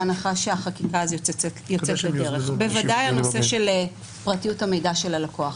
בהנחה שהחקיקה הזו יוצאת לדרך: בוודאי נושא פרטיות המידע של הלקוח.